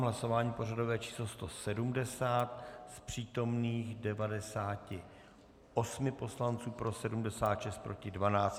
V hlasování pořadové číslo 170 z přítomných 98 poslanců pro 76, proti 12.